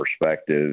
perspective